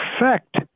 effect